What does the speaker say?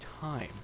time